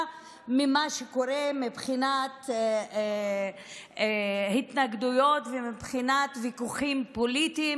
ממה שקורה מבחינת התנגדויות ומבחינת ויכוחים פוליטיים,